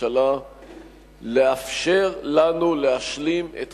לאפשר לנו להשלים את